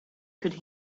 could